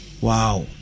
Wow